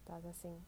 plaza sing